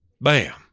Bam